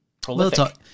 prolific